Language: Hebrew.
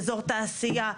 אזור תעשיה,